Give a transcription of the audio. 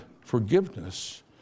forgiveness